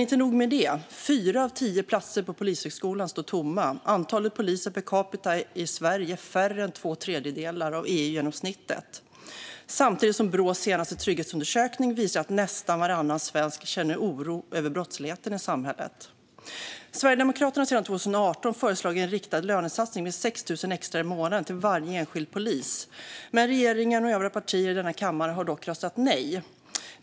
Inte nog med det: Fyra av tio platser på Polishögskolan står tomma. Antalet poliser per capita i Sverige är mindre än två tredjedelar av EU-genomsnittet, samtidigt som Brås senaste trygghetsundersökning visar att nästan varannan svensk känner oro över brottsligheten i samhället. Sverigedemokraterna har sedan 2018 föreslagit en riktad lönesatsning på 6 000 kronor extra i månaden till varje enskild polis. Regeringen och övriga partier i den här kammaren har dock röstat nej.